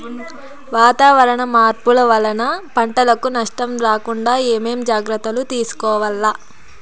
వాతావరణ మార్పులు వలన పంటలకు నష్టం రాకుండా ఏమేం జాగ్రత్తలు తీసుకోవల్ల?